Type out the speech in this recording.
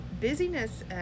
busyness